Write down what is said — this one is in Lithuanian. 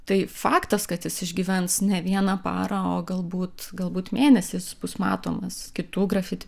tai faktas kad jis išgyvens ne vieną parą o galbūt galbūt mėnesį jis bus matomas kitų grafiti